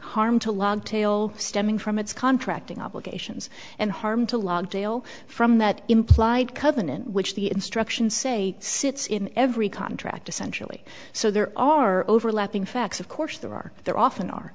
harm to law tail stemming from its contracting obligations and harm to log jail from that implied covenant which the instructions say sits in every contract essentially so there are overlapping facts of course there are there often are